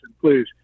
please